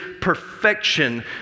perfection